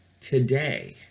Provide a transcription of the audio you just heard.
today